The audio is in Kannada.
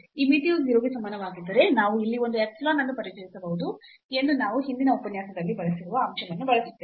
ಈ ಮಿತಿಯು 0 ಗೆ ಸಮಾನವಾಗಿದ್ದರೆ ನಾವು ಇಲ್ಲಿ ಒಂದು epsilon ಅನ್ನು ಪರಿಚಯಿಸಬಹುದು ಎಂದು ನಾವು ಹಿಂದಿನ ಉಪನ್ಯಾಸದಲ್ಲಿ ಬಳಸಿರುವ ಅಂಶವನ್ನು ಬಳಸುತ್ತೇವೆ